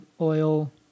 oil